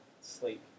sleep